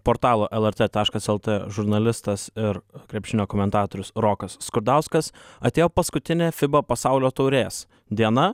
portalo lrt taškas lt žurnalistas ir krepšinio komentatorius rokas skurdauskas atėjo paskutinė fiba pasaulio taurės diena